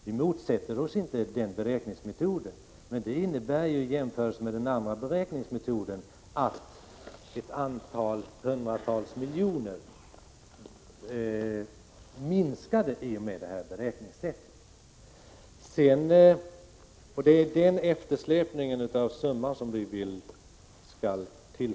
Vi motsätter oss inte denna beräkningsmetod, men i förhållande till vad som gällde enligt den gamla metoden minskar biståndsmålet med flera hundra miljoner, och den eftersläpningen vill vi att man skall ta igen.